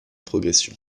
progression